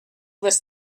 was